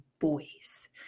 voice